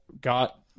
got